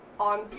on